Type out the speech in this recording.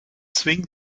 swing